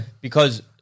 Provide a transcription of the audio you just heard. Because-